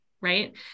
right